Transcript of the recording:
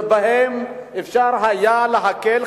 שבהם אפשר היה להקל.